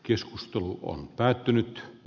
keskustelu on päättynyt